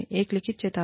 एक लिखित चेतावनी